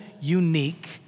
unique